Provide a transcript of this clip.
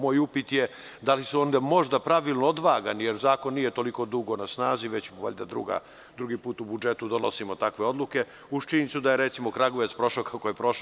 Moj upit je da li su možda pravilno odvagani, jer zakon nije toliko dugo na snazi, možda drugi put u budžetu donosimo takve odluke, uz činjenicu da je, recimo, Kragujevac prošao kako je prošao.